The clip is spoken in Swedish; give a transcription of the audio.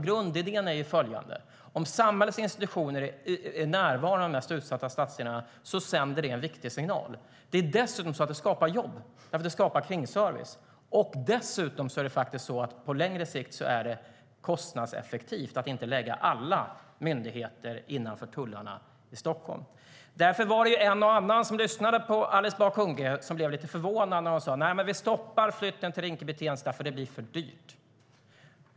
Grundidén är följande: Om samhällets institutioner är närvarande i de mest utsatta stadsdelarna sänder det en viktig signal. Det skapar dessutom jobb eftersom det skapar kringservice. Därutöver är det faktiskt kostnadseffektivt på längre sikt att inte lägga alla myndigheter innanför tullarna i Stockholm. Därför var det en och annan som lyssnade på Alice Bah Kuhnke som blev lite förvånade när hon sa: Vi stoppar flytten till Rinkeby-Tensta, för det blir för dyrt.